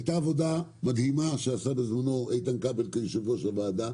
הייתה עבודה מדהימה שעשה בזמנו איתן כבל כיושב-ראש הוועדה